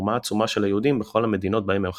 והתרומה העצומה של היהודים בכל המדינות בהם הם חיים.